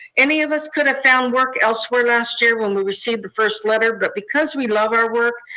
any of us could have found work elsewhere last year when we received the first letter, but because we love our work,